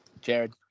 Jared